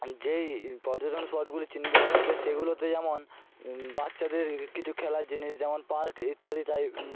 যেই পর্যটন স্পটগুলি চিহ্নিত করা হবে সেগুলোতে যেমন বাচ্চাদের কিছু খেলার জিনিস যেমন পার্ক ইত্যাদি তাই